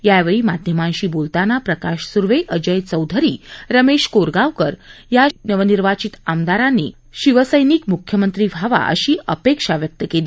यावेळी माध्यमांशी बोलताना प्रकाश सुर्वे अजय चौधरी रमेश कोरगावकर यांनी शिवसैनिक म्ख्यमंत्री व्हावा अशी अपेक्षा व्यक्त केली